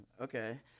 Okay